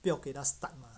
不要给他 start ah